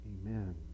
Amen